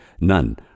none